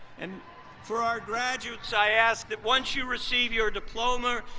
and for our graduates, i ask that once you receive your diploma,